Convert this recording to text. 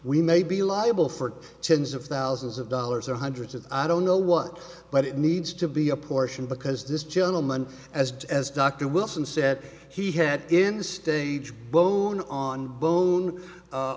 we may be liable for tens of thousands of dollars or hundreds of i don't know what but it needs to be apportioned because this gentleman as as dr wilson said he had been stage bone on bone